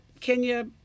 Kenya